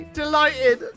delighted